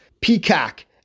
Peacock